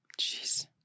Jeez